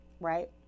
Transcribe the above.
right